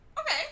Okay